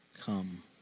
Come